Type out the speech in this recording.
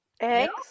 Eggs